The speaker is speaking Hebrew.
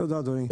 תודה אדוני.